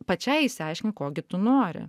pačiai išsiaiškint ko gi tu nori